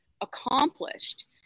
accomplished